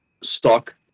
stock